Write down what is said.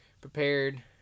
prepared